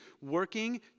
working